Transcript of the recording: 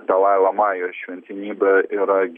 dalai lama jo šventenybė yra